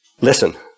listen